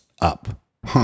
up